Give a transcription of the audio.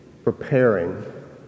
preparing